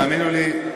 תאמינו לי,